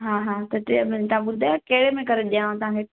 हा हा त टे में ता ॿुधायो कहिड़े में करे ॾियांव तव्हांखे